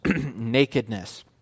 nakedness